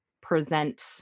present